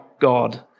God